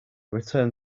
return